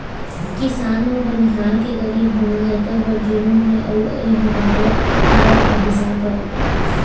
किसान अउ बनिहार के गरीब होना एखर बर जुलुम हे अउ एह भारत बर अभिसाप आय